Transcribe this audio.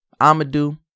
Amadou